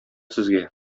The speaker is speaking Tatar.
сезгә